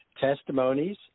testimonies